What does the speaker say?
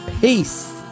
Peace